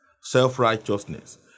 self-righteousness